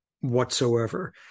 whatsoever